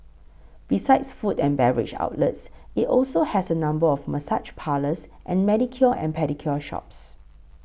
besides food and beverage outlets it also has a number of massage parlours and manicure and pedicure shops